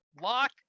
Lock